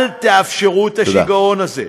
אל תאפשרו את השיגעון הזה.